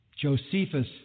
Josephus